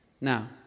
Now